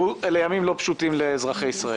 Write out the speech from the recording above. אלה ימים לא פשוטים לאזרחי ישראל.